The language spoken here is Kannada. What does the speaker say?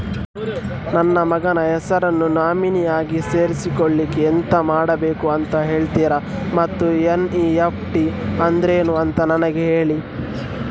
ನನ್ನ ಮಗನ ಹೆಸರನ್ನು ನಾಮಿನಿ ಆಗಿ ಸೇರಿಸ್ಲಿಕ್ಕೆ ಎಂತ ಮಾಡಬೇಕು ಅಂತ ಹೇಳ್ತೀರಾ ಮತ್ತು ಎನ್.ಇ.ಎಫ್.ಟಿ ಅಂದ್ರೇನು ಅಂತ ನನಗೆ ಹೇಳಿ